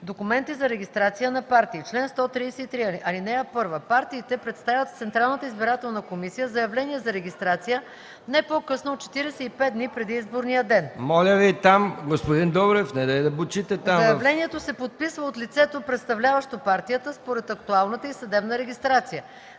„Документи за регистрация на партии Чл. 133. (1) Партиите представят в Централната избирателна комисия заявление за регистрация не по-късно от 45 дни преди изборния ден. Заявлението се подписва от лицето, представляващо партията според актуалната й съдебна регистрация.